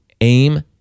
AIM